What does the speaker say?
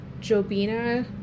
Jobina